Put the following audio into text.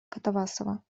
катавасова